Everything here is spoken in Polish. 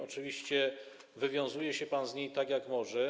Oczywiście wywiązuje się pan z niej tak, jak może.